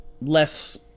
less